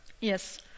Yes